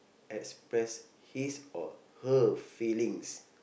express his or her feelings